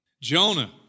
Jonah